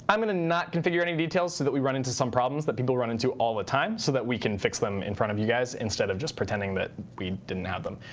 um going to not configure any details so that we run into some problems that people run into all the time so that we can fix them in front of you guys instead of just pretending that we didn't have them.